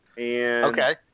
Okay